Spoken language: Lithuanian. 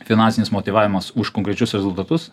finansinis motyvavimas už konkrečius rezultatus